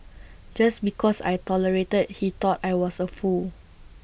just because I tolerated he thought I was A fool